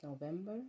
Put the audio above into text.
November